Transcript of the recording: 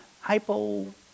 Hypo